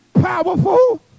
powerful